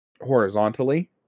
horizontally